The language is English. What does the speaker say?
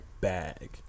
bag